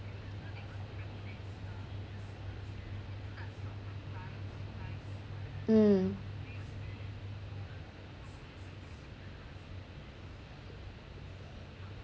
mm